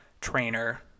trainer